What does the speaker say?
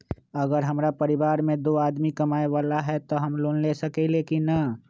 अगर हमरा परिवार में दो आदमी कमाये वाला है त हम लोन ले सकेली की न?